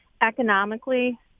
Economically